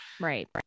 Right